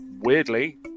Weirdly